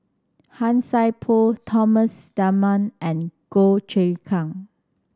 Han Sai Por Thomas Dunman and Goh Choon Kang